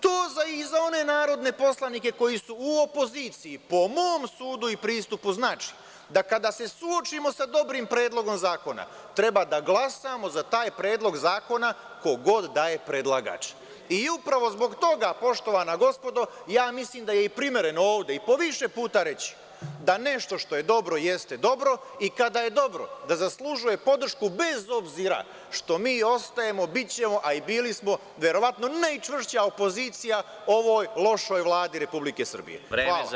To važi i za one narodne poslanike koji su u opoziciji, a po mom sudu i pristupu to znači da kada se suočimo sa dobrim Predlogom zakona treba da glasamo za taj Predlog zakona ko god da je predlagač i upravo zbog toga, poštovana gospodo, mislim da je primereno ovde i po više puta reći da nešto što je dobro jeste dobro i kada je dobro da zaslužuje podršku bez obzira što mi ostajemo, bićemo, a i bili smo verovatno najčvršća opozicija ovoj lošoj Vladi Republike Srbije.